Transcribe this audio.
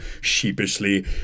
sheepishly